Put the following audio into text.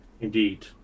Indeed